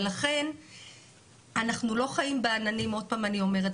ולכן אנחנו לא חיים בעננים, עוד פעם אני אומרת.